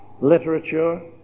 literature